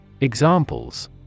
Examples